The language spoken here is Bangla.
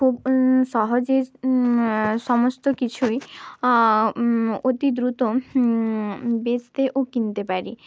খুব সহজে সমস্ত কিছুই অতি দ্রুত বেচতে ও কিনতে পারি